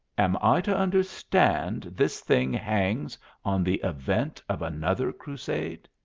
am i to understand this thing hangs on the event of another crusade?